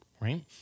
Right